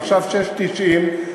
עכשיו 6.90,